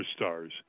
superstars